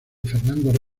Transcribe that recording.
fernando